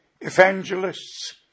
evangelists